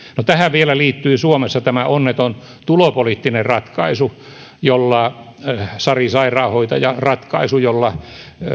no tähän vielä liittyi suomessa tämä onneton tulopoliittinen ratkaisu sari sairaanhoitaja ratkaisu jolla